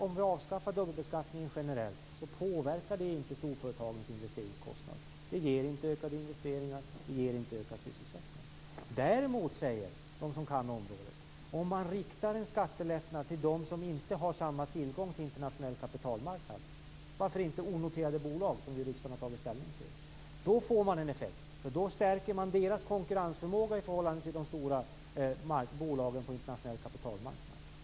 Om vi avskaffar dubbelbeskattningen generellt påverkar det alltså inte storföretagens investeringskostnader. Det ger inte ökade investeringar, det ger inte ökad sysselsättning. Om man däremot, säger de som kan området, riktar en skattelättnad till dem som inte har samma tillgång till internationell kapitalmarknad - varför inte exempelvis onoterade bolag, som ju riksdagen har tagit ställning till? - får man en effekt, eftersom man då stärker deras konkurrensförmåga i förhållande till de stora bolagen på den internationella kapitalmarknaden.